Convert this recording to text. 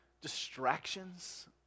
distractions